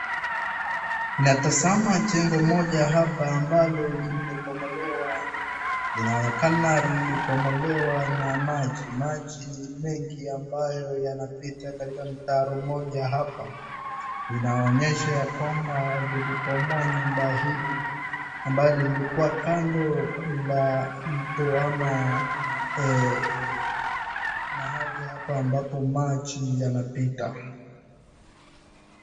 Unatazama jengo moja hapa ambalo limebomolewa linaonekana lilibomolewa na maji, maji mengi ambayo yanapita katika mtaro mmoja hapa, tunaonyeshwa ya kwamba ilibomoa nyumba hili ambalo lilikuwa kando ya mto ama mahali hapa ambapo maji yanapita.